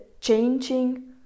changing